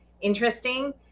interesting